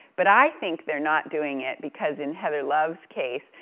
but i think they're not doing it because in heather love's case,